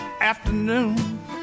afternoon